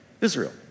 Israel